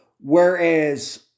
Whereas